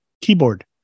keyboard